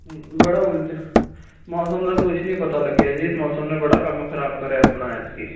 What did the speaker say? ਹੂੰ ਬੜਾ ਉਲਝ ਮੌਸਮ ਦਾ ਕੁਛ ਨਹੀਂ ਪਤਾ ਲੱਗਿਆ ਜੀ ਮੌਸਮ ਨੇ ਬੜਾ ਕੰਮ ਖਰਾਬ ਕਰਿਆ ਆਪਣਾ ਐਤਕੀ